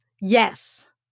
yes